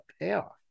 payoff